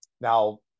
Now